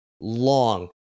long